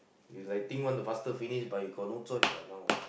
you like think want to faster finish but you got no choice what now